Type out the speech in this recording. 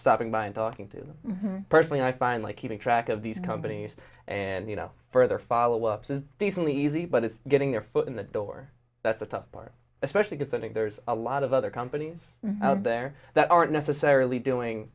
stopping by and talking to them personally i find like keeping track of these companies and you know further follow up to decently easy but it's getting their foot in the door that's the tough part especially if i think there's a lot of other companies out there that aren't necessarily doing